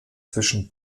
zwischen